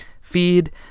feed